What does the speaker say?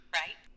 right